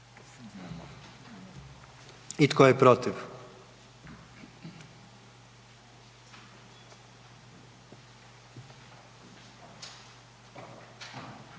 I tko je protiv?